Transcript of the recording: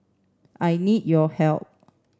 I need your help